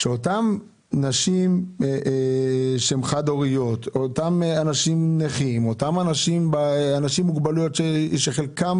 אותן נשים חד הוריות או אותם נכים או אנשים עם מוגבלויות שחלקם